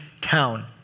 town